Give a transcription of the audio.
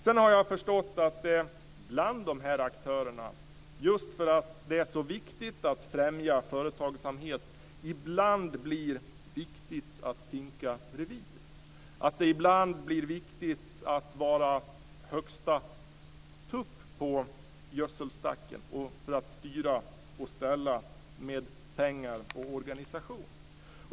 Jag har också förstått att det bland de här aktörerna, just för att det är så viktigt att främja företagsamhet, ibland blir viktigt att pinka revir. Ibland blir det viktigt att vara högsta tupp på gödselstacken för att styra och ställa med pengar och organisation.